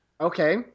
Okay